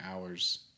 hours